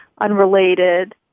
unrelated